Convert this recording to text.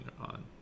on